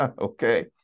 Okay